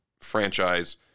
franchise